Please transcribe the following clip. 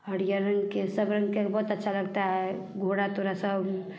हरिया रंग के सब रंग के बहुत अच्छा लगता है घोड़ा थोड़ा सा